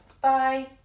Bye